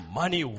money